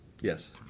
yes